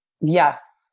Yes